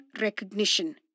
recognition